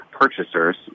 purchasers